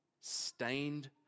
stained